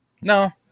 no